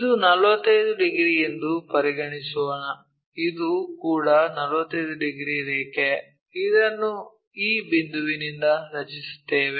ಇದು 45 ಡಿಗ್ರಿ ಎಂದು ಪರಿಗಣಿಸೋಣ ಇದು ಕೂಡ 45 ಡಿಗ್ರಿ ರೇಖೆ ಇದನ್ನು ಈ ಬಿಂದುವಿನಿಂದ ರಚಿಸುತ್ತೇವೆ